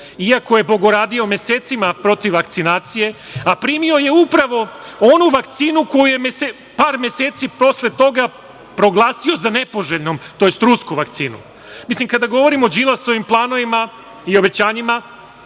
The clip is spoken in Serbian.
iako je bogoradio mesecima protiv vakcinacije, a primio je upravo ono vakcinu koju je par meseci posle toga proglasio nepoželjnom, tj. rusku vakcinu. Kada govorimo o Đilasovim planovima i obećanjima